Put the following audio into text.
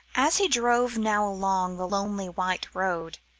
as he drove now along the lonely white road,